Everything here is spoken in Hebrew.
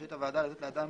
רשאית הוועדה לתת לאדם